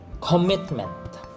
Commitment